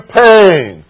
pain